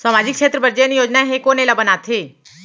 सामाजिक क्षेत्र बर जेन योजना हे कोन एला बनाथे?